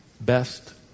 best